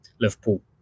Liverpool